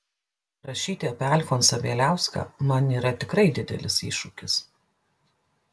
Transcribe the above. rašyti apie alfonsą bieliauską man yra tikrai didelis iššūkis